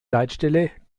leitstelle